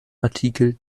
artikel